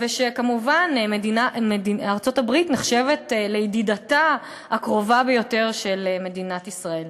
כמובן ארצות-הברית נחשבת לידידתה הקרובה ביותר של מדינת ישראל.